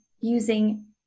using